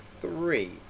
three